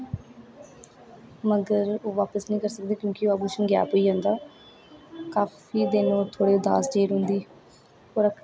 मगर ओह् बापस नेईं करी सकदी क्योंकि ओह् आभूषण गैप होई जंदा काफी दिन ओह् थोह्ड़ी उदास जेही रौहंदी होर